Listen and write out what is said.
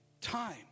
time